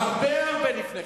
הרבה הרבה לפניכם.